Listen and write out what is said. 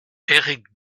éric